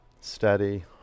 Steady